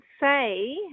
say